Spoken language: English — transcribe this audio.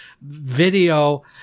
video